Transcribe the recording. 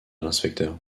l’inspecteur